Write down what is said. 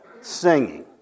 Singing